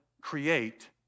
create